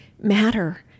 matter